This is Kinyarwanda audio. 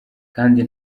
kandi